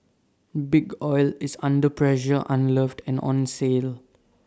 big oil is under pressure unloved and on sale